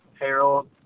Harold